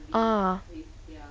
ah